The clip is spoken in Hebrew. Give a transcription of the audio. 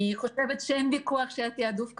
אני חושבת שאין ויכוח שהתיעדוף כרגע,